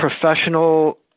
professional